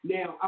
Now